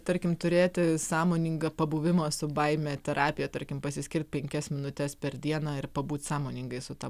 tarkim turėti sąmoningą pabuvimo su baime terapiją tarkim pasiskirt penkias minutes per dieną ir pabūt sąmoningai su ta